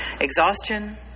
exhaustion